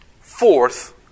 Fourth